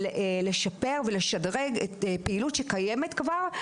לשפר ולשדרג את פעילות שקיימת כבר,